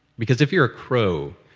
because if you're a crow,